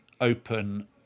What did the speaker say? open